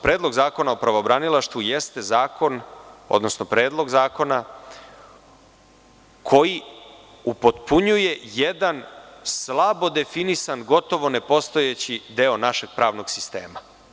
Predlog zakona o pravobranilaštvu jeste predlog zakona koji upotpunjuje jedan slabo definisan, gotovo nepostojeći deo našeg pravnog sistema.